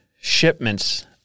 shipments